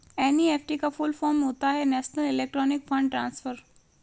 NEFT का full form होता है नेशनल इलेक्ट्रॉनिक्स फण्ड ट्रांसफर